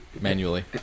manually